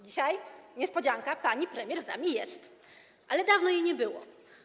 Dzisiaj - niespodzianka - pani premier z nami jest, ale dawno jej nie było.